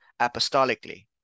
apostolically